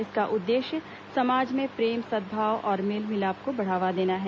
इसका उद्देश्य समाज में प्रेम सद्भाव और मेल मिलाप को बढ़ावा देना है